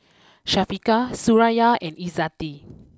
Syafiqah Suraya and Izzati